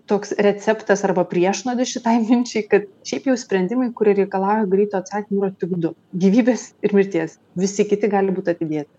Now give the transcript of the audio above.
toks receptas arba priešnuodis šitai minčiai kad šiaip jau sprendimai kurie reikalauja greito atsakymo tik du gyvybės ir mirties visi kiti gali būt atidėti